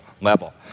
level